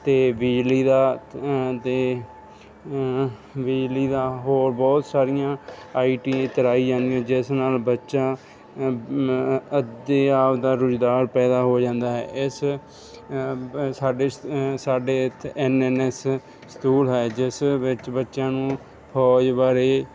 ਅਤੇ ਬਿਜਲੀ ਦਾ ਅਤੇ ਬਿਜਲੀ ਦਾ ਹੋਰ ਬਹੁਤ ਸਾਰੀਆਂ ਆਈ ਟੀ ਆਈ ਕਰਾਈ ਜਾਂਦੀਆਂ ਜਿਸ ਨਾਲ ਬੱਚਾ ਅਤੇ ਆਪਣਾ ਰੁਜ਼ਗਾਰ ਪੈਦਾ ਹੋ ਜਾਂਦਾ ਹੈ ਇਸ ਸਾਡੇ ਸਾਡੇ ਇੱਥੇ ਐੱਨ ਐੱਨ ਐੱਸ ਸਤੂਲ ਹੈ ਜਿਸ ਵਿੱਚ ਬੱਚਿਆਂ ਨੂੰ ਫ਼ੌਜ ਬਾਰੇ